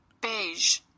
Beige